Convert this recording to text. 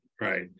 right